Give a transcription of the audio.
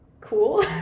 cool